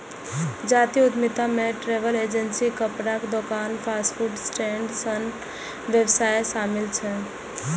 जातीय उद्यमिता मे ट्रैवल एजेंसी, कपड़ाक दोकान, फास्ट फूड स्टैंड सन व्यवसाय शामिल छै